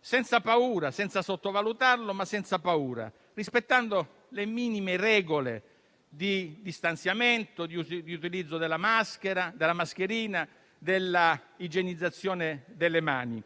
senza sottovalutarlo, ma senza paura, rispettando le minime regole di distanziamento, utilizzo della mascherina e igienizzazione delle mani,